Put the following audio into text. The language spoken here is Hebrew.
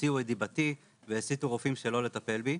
הוציאו את דיבתי והסיתו רופאים שלא לטפל בי.